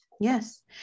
Yes